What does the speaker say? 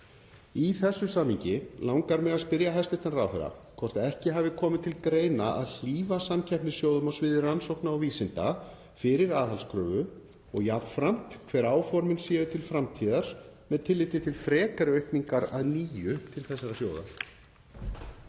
Í þessu samhengi langar mig að spyrja hæstv. ráðherra hvort ekki hafi komið til greina að hlífa samkeppnissjóðunum á sviði rannsókna og vísinda fyrir aðhaldskröfu og jafnframt spyrja hver áformin séu til framtíðar með tilliti til frekari aukningar að nýju til þessara sjóða.